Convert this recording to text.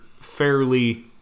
fairly